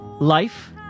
life